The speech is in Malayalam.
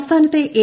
സംസ്ഥാനത്തെ എ